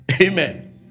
Amen